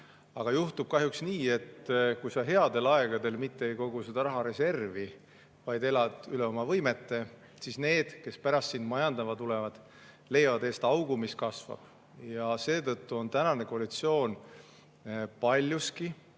Aga juhtub kahjuks nii, et kui sa headel aegadel mitte ei kogu raha reservi, vaid elad üle oma võimete, siis need, kes pärast siin majandama tulevad, leiavad eest augu, mis kasvab. Seetõttu on tänane koalitsioon paljuski